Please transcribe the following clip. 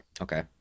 Okay